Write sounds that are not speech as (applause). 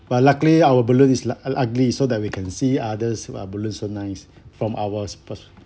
but luckily our balloon is like ug~ ugly so that we can see others !wah! balloons so nice (breath) from our pers~